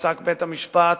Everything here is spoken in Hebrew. שפסק בית-המשפט,